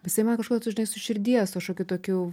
jisai man kažkodėl tu žinai su širdies kažkokiu tokiu